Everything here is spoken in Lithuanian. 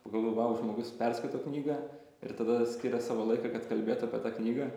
pagalvojau vau žmogus perskaito knygą ir tada skiria savo laiką kad kalbėt apie tą knygą